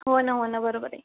हो नं हो नं बरोबर आहे